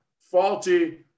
faulty